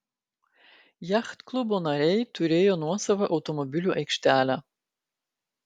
jachtklubo nariai turėjo nuosavą automobilių aikštelę